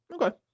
Okay